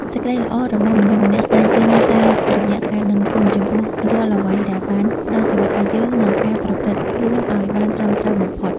សេចក្តីល្អរបស់មនុស្សម្នាក់ស្តែងចេញតាមរយៈការដឹងគុណចំពោះរាល់អ្វីដែលបានផ្តល់ជីវិតឱ្យយើងនិងការប្រព្រឹត្តខ្លួនឱ្យបានត្រឹមត្រូវបំផុត។